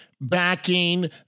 Backing